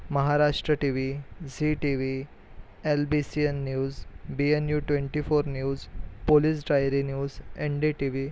Maharashtra T V Zee T V L B C N news B N new twenty four news police diary news N D T V